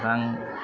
रां